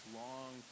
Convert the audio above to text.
long